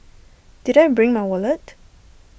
did I bring my wallet